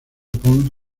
pons